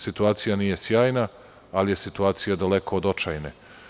Situacija nije sjajna, ali je situacija daleko od očajne.